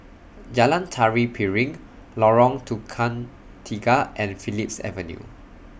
Jalan Tari Piring Lorong Tukang Tiga and Phillips Avenue